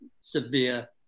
severe